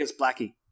Blackie